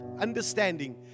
Understanding